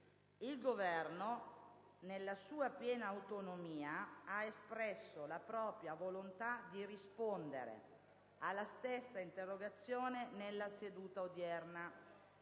Il Governo, nella sua piena autonomia, ha espresso la propria volontà di rispondere alla stessa interrogazione nella seduta odierna,